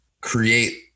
create